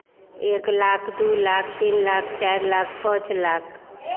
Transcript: एक लाख दू लाख तीन लाख चार लाख पाँच लाख